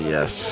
Yes